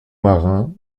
marin